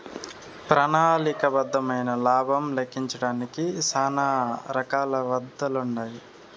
ప్రణాళిక బద్దమైన లాబం లెక్కించడానికి శానా రకాల పద్దతులుండాయి